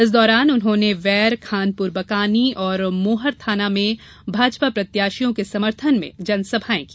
इस दौरान उन्होंने वैर खानपुर बकानी और मोहर थाना में भाजपा प्रत्याशियों के समर्थन में जनसभाएं की